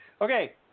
Okay